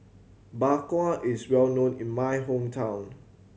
Bak Kwa is well known in my hometown